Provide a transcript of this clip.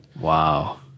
wow